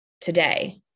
today